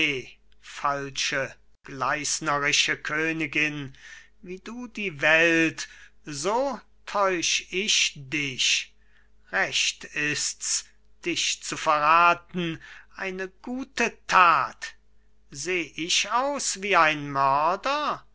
falsche gleisnerische königin wie du die welt so täusch ich dich recht ist's dich zu verraten eine gute tat seh ich aus wie ein mörder